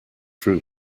drew